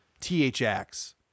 THX